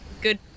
Good